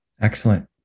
Excellent